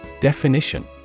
Definition